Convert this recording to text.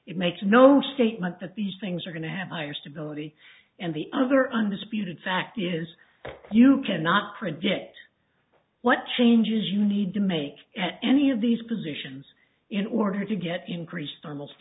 it makes no statement that these things are going to have higher stability and the other undisputed fact is you cannot predict what changes you need to make at any of these positions in order to get increased o